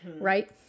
right